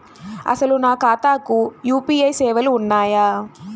అసలు నా ఖాతాకు యూ.పీ.ఐ సేవలు ఉన్నాయా?